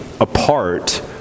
apart